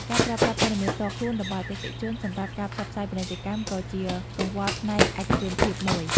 ការប្រើប្រាស់ព័ត៌មានផ្ទាល់ខ្លួនរបស់អតិថិជនសម្រាប់ការផ្សព្វផ្សាយពាណិជ្ជកម្មក៏ជាកង្វល់ផ្នែកឯកជនភាពមួយ។